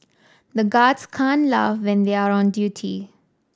the guards can laugh when they are on duty